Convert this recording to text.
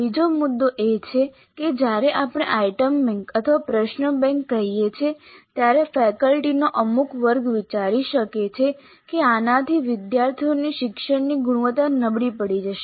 બીજો મુદ્દો એ છે કે જ્યારે આપણે આઇટમ બેંક અથવા પ્રશ્ન બેંક કહીએ છીએ ત્યારે ફેકલ્ટીનો અમુક વર્ગ વિચારી શકે છે કે આનાથી વિદ્યાર્થીઓની શિક્ષણની ગુણવત્તા નબળી પડી જશે